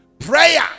Prayer